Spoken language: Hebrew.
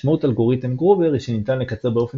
משמעות אלגוריתם גרובר היא שניתן לקצר באופן